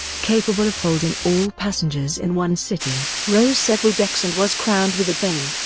capable of holding all passengers in one sitting, rose several decks and was crowned with a dome.